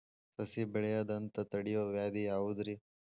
ಸಸಿ ಬೆಳೆಯದಂತ ತಡಿಯೋ ವ್ಯಾಧಿ ಯಾವುದು ರಿ?